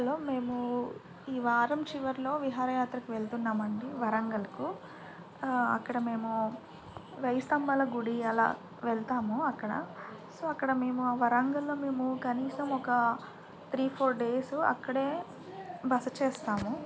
hello మేము ఈ వారం చివర్లో విహారయాత్రకు వెళ్తున్నామండి వరంగల్కు అక్కడ మేము వెయి స్తంభాల గుడి అలా వెళ్తాము అక్కడ సో అక్కడ మేము ఆ వరంగల్లో మేము కనీసం ఒక త్రీ ఫోర్ డేసు అక్కడే బస చేస్తాము